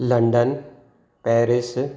London Paris